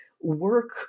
work